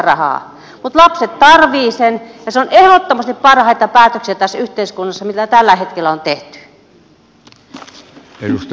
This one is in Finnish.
mutta lapset tarvitsevat sen ja se on ehdottomasti parhaita päätöksiä tässä yhteiskunnassa mitä tällä hetkellä on tehty